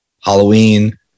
Halloween